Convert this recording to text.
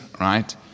right